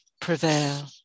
prevail